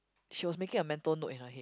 she was making a mental note in her head